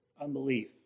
unbelief